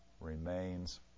remains